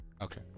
Okay